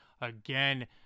again